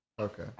Okay